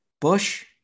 Bush